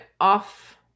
off